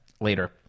later